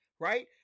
right